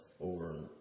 over